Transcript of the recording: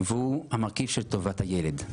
והוא המרכיב של טובת הילד.